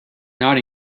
not